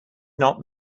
not